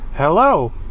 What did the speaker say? hello